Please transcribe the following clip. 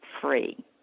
free